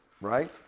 right